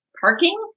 parking